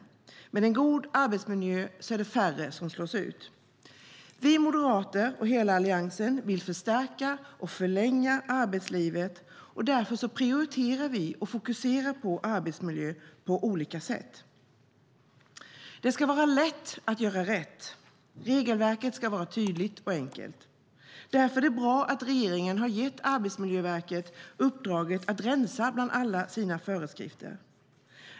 Med en god arbetsmiljö är det färre som slås ut. Vi moderater och hela Alliansen vill förstärka och förlänga arbetslivet, och därför prioriterar vi och fokuserar på arbetsmiljö på olika sätt. Det ska vara lätt att göra rätt. Regelverket ska vara tydligt och enkelt. Därför är det bra att regeringen har gett Arbetsmiljöverket uppdraget att rensa bland alla sina föreskrifter.